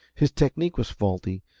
his technique was faulty,